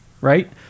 right